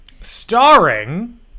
Starring